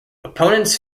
opponents